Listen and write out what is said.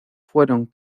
fueron